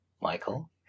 Michael